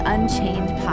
Unchained